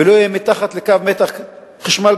ולא יהיה מתחת לקו מתח גבוה,